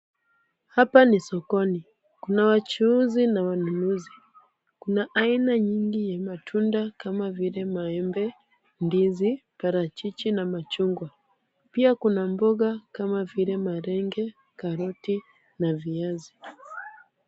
Hapa ni sokoni. Kuna wachuuzi na wanunuzi. Kuna aina nyingi ya matunda kama vile; maembe, ndizi, parachichi na mandizi. Pia kuna mboga kama vile; malenge, karoti na viazi.